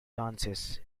dances